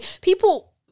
People